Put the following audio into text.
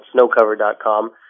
SnowCover.com